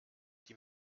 die